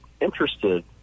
interested